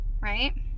right